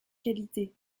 qualités